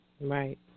Right